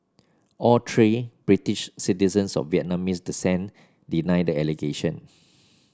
all three British citizens of Vietnamese descent deny the allegations